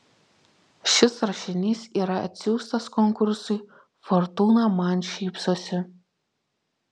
šis rašinys yra atsiųstas konkursui fortūna man šypsosi